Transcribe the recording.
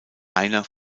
einer